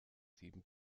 sieben